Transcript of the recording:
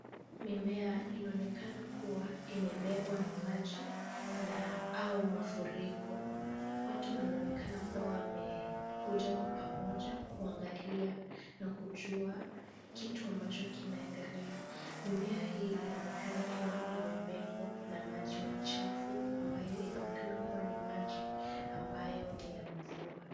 Mimea inaonekana kuwa imebebwa na maji au mafuriko. Watu wanaonekana kuwa wamekuja kwa pamoja kuangalia na kujua kitu ambacho kinaendelea. Mimea hii inaonekana ikiwa imebebwa na maji machafu ambayo inaonekana kuwa ni maji ambayo ni ya mvua.